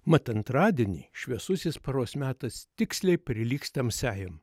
mat antradienį šviesusis paros metas tiksliai prilygs tamsiajam